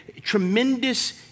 tremendous